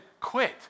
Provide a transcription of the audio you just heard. quit